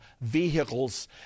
vehicles